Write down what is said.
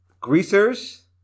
Greasers